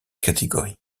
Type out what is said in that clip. catégorie